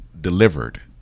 delivered